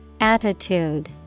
Attitude